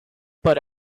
but